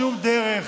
בשום דרך.